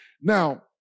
Now